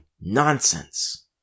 nonsense